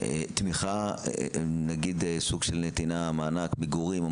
תמיכה, נגיד סוג של נתינת מענק, מגורים או